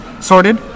sorted